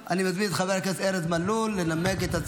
ואברהם בצלאל בנושא: